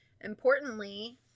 Importantly